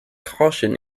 caution